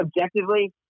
objectively